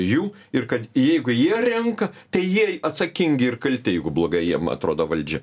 jų ir kad jeigu jie renka tai jiei atsakingi ir kalti jeigu blogai jiem atrodo valdžia